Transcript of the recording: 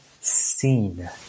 seen